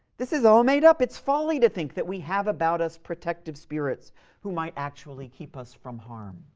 this is all made up. it's folly to think that we have about us protective spirits who might actually keep us from harm